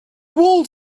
walls